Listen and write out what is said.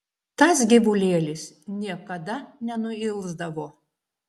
tas gyvulėlis niekada nenuilsdavo